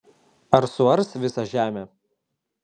ar suars visą žemę